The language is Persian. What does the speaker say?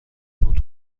فود